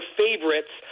favorites